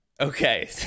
okay